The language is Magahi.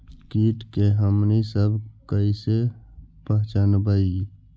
किट के हमनी सब कईसे पहचनबई?